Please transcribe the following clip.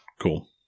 Cool